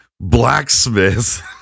blacksmith